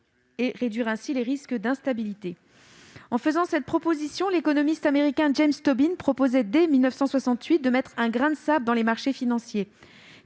et prévenir ainsi les risques d'instabilité. En faisant cette proposition, l'économiste américain James Tobin, proposait dès 1968 de mettre un « grain de sable » dans les marchés financiers.